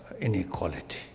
inequality